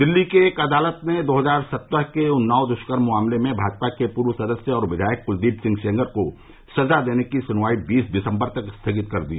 दिल्ली की एक अदालत ने दो हजार सत्रह के उन्नाव दुष्कर्म मामले में भाजपा के पूर्व सदस्य और विधायक कुलदीप सिंह सेंगर को सजा देने की सुनवाई बीस दिसम्बर तक स्थगित कर दी